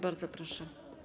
Bardzo proszę.